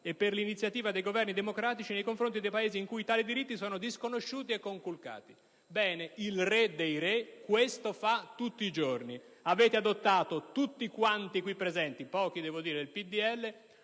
per l'iniziativa dei governi democratici nei confronti dei Paesi in cui tali diritti sono disconosciuti e conculcati". Bene, il re dei re questo fa tutti i giorni. Avete adottato tutti quanti qui presenti - pochi, devo dire, del